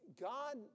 God